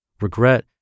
Regret